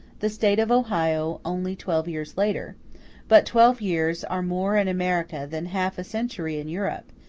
the state of ohio only twelve years later but twelve years are more in america than half a century in europe,